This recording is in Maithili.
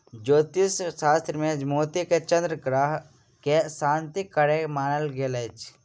ज्योतिष शास्त्र मे मोती के चन्द्र ग्रह के शांतिक कारक मानल गेल छै